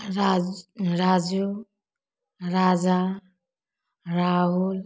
Raj Raju Raja Rahul